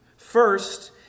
First